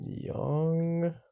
Young